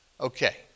Okay